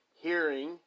hearing